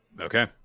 Okay